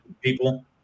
people